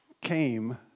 came